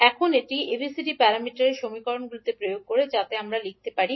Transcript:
এখন আমরা এটি ABCD প্যারামিটার সমীকরণগুলিতে প্রয়োগ করি যাতে আমরা কী লিখতে পারি